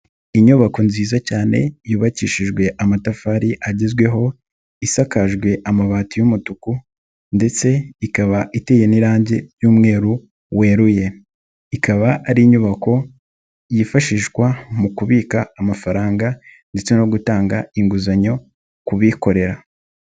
Inyubako nziza cyane yubakishijwe amatafari agezweho, isakajwe amabati y'umutuku ndetse ikaba iteye n'irangi ry'umweru weruye, ikaba ari inyubako yifashishwa mu kubika amafaranga ndetse no gutanga inguzanyo ku bikorera.